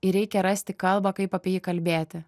ir reikia rasti kalbą kaip apie jį kalbėti